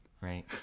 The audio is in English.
Right